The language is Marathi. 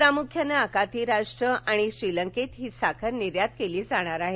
प्रामुख्यानं आखाती राष्ट्र आणि श्रीलंकेत ही साखर निर्यात केली जाणार आहे